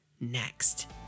next